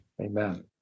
Amen